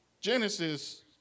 Genesis